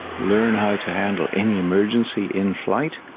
learn how to handle any emergency in flight,